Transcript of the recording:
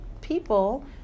people